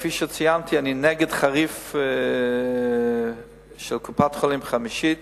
כפי שציינתי, אני מתנגד חריף לקופת-חולים חמישית.